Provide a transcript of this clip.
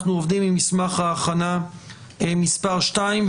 אנחנו עובדים עם מסמך ההכנה מס' 2,